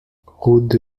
route